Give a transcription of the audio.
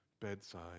bedside